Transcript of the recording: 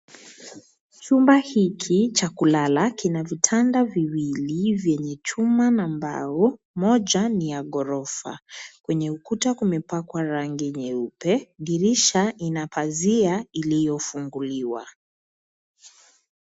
Chumba hiki cha kulala kina vitanda viwili vyenye chuma na mbao, moja ni ya ghorofa. Kwenye ukuta kumepakwa rangi nyeupe. Dirisha ina pazia iliyofunguliwa.